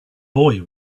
boy